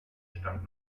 stammt